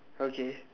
okay